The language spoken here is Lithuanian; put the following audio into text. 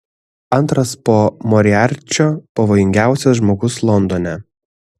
antras po moriarčio pavojingiausias žmogus londone